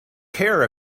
care